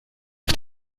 auf